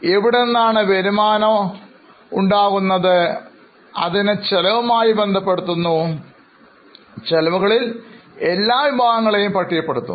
എവിടെനിന്നാണ് വരുമാനം ഉണ്ടാക്കുന്നത് അതിനെ ചെലവുമായി ബന്ധപ്പെടുത്തുന്നു ചെലവുകളിൽ എല്ലാ വിഭാഗങ്ങളെയും പട്ടികപ്പെടുത്തും